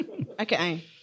Okay